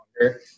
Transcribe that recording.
longer